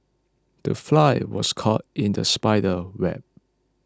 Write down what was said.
the fly was caught in the spider's web